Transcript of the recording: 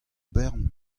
bern